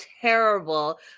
terrible